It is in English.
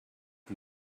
and